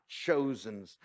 chosen